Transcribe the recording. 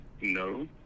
no